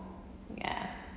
ya